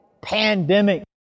pandemic